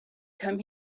come